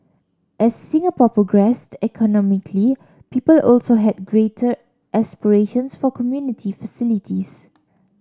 as Singapore progressed economically people also had greater aspirations for community facilities